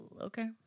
Okay